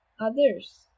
others